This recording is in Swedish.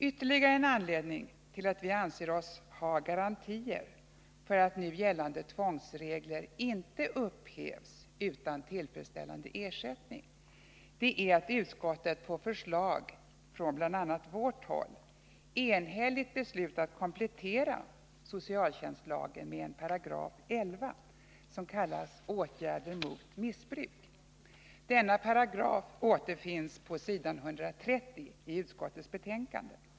Ytterligare en anledning till att vi anser oss ha garantier för att nu gällande tvångsregler inte upphävs utan tillfredsställande ersättning är att utskottet på förslag från bl.a. vårt håll enhälligt beslutat komplettera socialtjänstlagen meden 11 §, som kallas Åtgärder mot missbruk. Denna paragraf återfinns på s. 130 i utskottets betänkande.